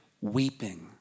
weeping